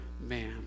man